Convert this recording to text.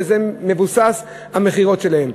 שעליהם מבוססות המכירות שלהם.